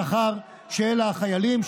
השכר של החיילים,